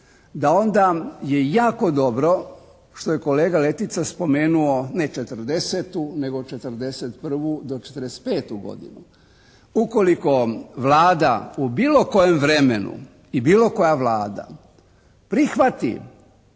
da onda je jako dobro što je kolega Letica spomenuo ne '40., nego '41. do '45. godinu. Ukoliko Vlada u bilo kojem vremenu i bilo koja Vlada prihvati